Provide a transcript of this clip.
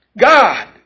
God